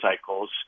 cycles